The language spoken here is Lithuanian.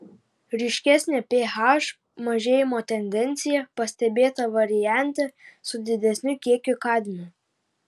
ryškesnė ph mažėjimo tendencija pastebėta variante su didesniu kiekiu kadmio